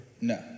no